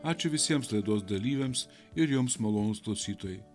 ačiū visiems laidos dalyviams ir jums malonūs klausytojai